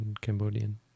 Cambodian